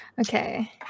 Okay